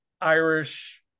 irish